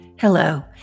Hello